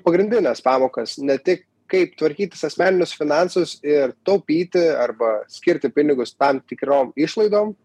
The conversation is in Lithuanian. pagrindines pamokas ne tik kaip tvarkytis asmeninius finansus ir taupyti arba skirti pinigus tam tikrom išlaidom